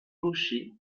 gaucher